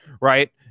right